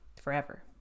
forever